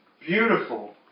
beautiful